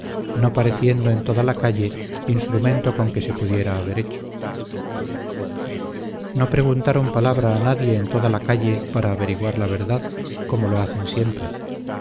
no pareciendo en toda la calle instrumento con que se pudiera haber hecho no preguntaron palabra a nadie en toda la calle para averiguar la verdad como lo hacen siempre